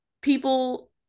people